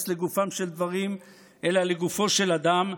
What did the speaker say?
לגופם של דברים אלא לגופו של אדם,